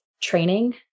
training